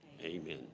amen